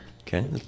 Okay